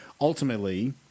ultimately